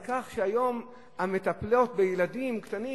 על כך שהיום המטפלות בילדים קטנים,